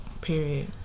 Period